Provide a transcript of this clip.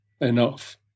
enough